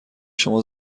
شما